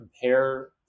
compare